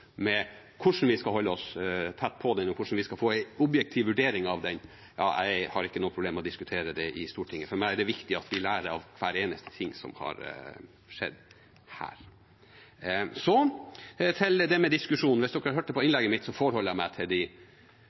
hvordan vi skal holde oss tett på den, og hvordan vi skal få en objektiv vurdering av den – jeg har ikke noen problemer med å diskutere det i Stortinget. For meg er det viktig at vi lærer av hver eneste ting som har skjedd i denne saken. Så til det med diskusjon: Hvis dere hørte på innlegget mitt, forholder jeg meg til de